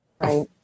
Right